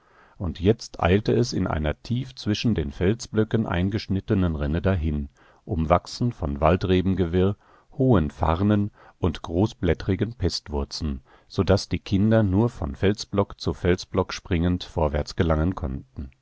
und jetzt eilte es in einer tief zwischen den felsblöcken eingeschnittenen rinne dahin umwachsen von waldrebengewirr hohen farnen und großblättrigen pestwurzen so daß die kinder nur von felsblock zu felsblock springend vorwärts gelangen konnten